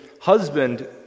husband